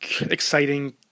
exciting